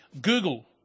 Google